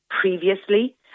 previously